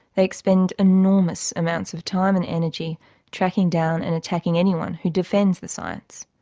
they expend enormous amounts of time and energy tracking down and attacking anyone who defends the science.